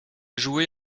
joué